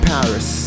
Paris